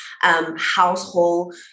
household